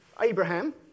Abraham